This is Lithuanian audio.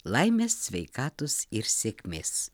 laimės sveikatos ir sėkmės